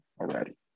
already